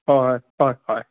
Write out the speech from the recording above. হয় হয় হয়